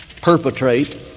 perpetrate